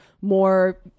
more